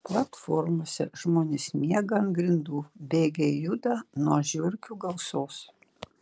platformose žmonės miega ant grindų bėgiai juda nuo žiurkių gausos